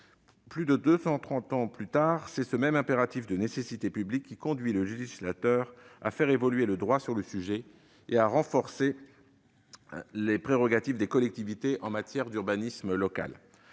Plus de 230 ans plus tard, c'est ce même impératif de nécessité publique qui conduit le législateur à faire évoluer le droit sur le sujet et à renforcer les prérogatives des collectivités en matière d'urbanisme.